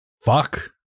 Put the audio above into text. Fuck